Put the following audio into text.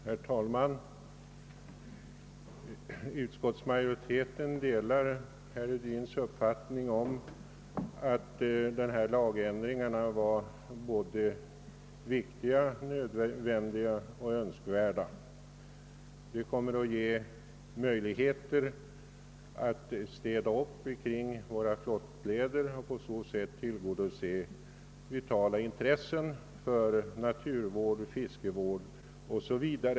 Herr talman! Utskottsmajoriteten delar herr Hedins uppfattning att dessa lagändringar är både viktiga, nödvändiga och önskvärda. De kommer att ge möjligheter att städa upp kring våra flottleder och på så sätt tillgodose vitala intressen för naturvård, fiskevård 0. S. V.